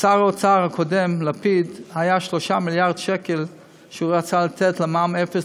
לשר האוצר הקודם לפיד היו 3 מיליארד שקל שהוא רצה לתת למע"מ אפס,